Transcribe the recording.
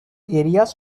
areas